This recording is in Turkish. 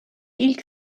ilk